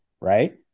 right